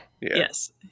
yes